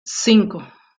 cinco